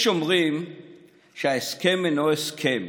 יש אומרים שההסכם אינו הסכם,